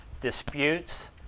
disputes